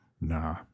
Nah